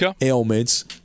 ailments